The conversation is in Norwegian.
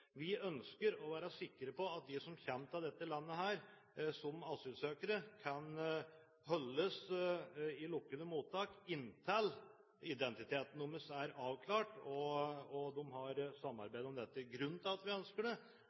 Vi ønsker å være sikre på at de som kommer til dette landet som asylsøkere, kan holdes i lukkede mottak inntil identiteten deres er avklart, og de har samarbeidet om dette. Grunnen til at vi ønsker det,